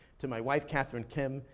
to my wife, katherine kim,